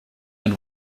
and